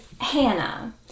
Hannah